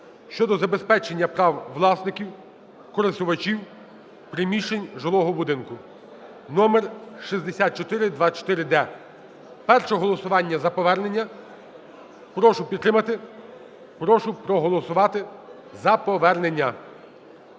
щодо забезпечення прав власників (користувачів) приміщень жилого будинку (№ 6424-д). Перше голосування за повернення. Прошу підтримати. Прошу проголосувати за повернення.